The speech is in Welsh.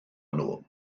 nhw